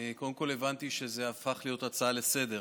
קודם כול, הבנתי שזה הפך להיות הצעה לסדר-היום.